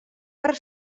per